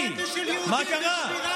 הרי מה זה דמוקרטיה?